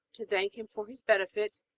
to thank him for his benefits,